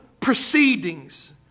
proceedings